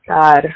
God